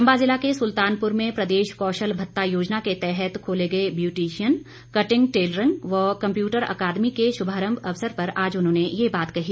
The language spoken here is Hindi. चंबा जिला के सुलतानपुर में प्रदेश कौशल भत्ता योजना के तहत खोले गए ब्यूटिशियन कटिंग टेलरिंग व कम्प्यूटर अकादमी के शुभारंभ अवसर पर आज उन्होंने ये बात कही